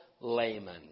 layman